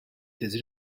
his